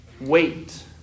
Wait